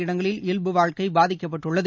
இடங்களில் இயல்பு வாழ்க்கை பாதிக்கப்பட்டுள்ளது